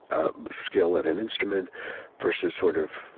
skill at an instrument versus sort of